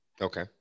Okay